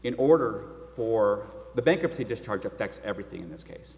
in order for the bankruptcy discharge affects everything in this case